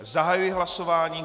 Zahajuji hlasování.